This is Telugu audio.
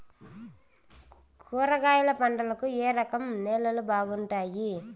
కూరగాయల పంటలకు ఏ రకం నేలలు బాగుంటాయి?